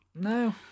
No